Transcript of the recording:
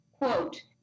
Quote